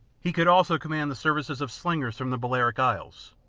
he could also command the services of slingers from the balearic isles,